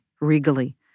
regally